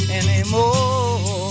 anymore